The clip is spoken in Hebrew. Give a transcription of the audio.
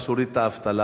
בהפרטה ובשירות הפרטי